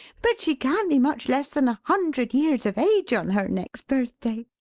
but she can't be much less than a hundred years of age on her next birthday.